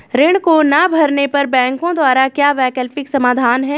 ऋण को ना भरने पर बैंकों द्वारा क्या वैकल्पिक समाधान हैं?